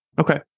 Okay